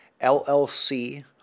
LLC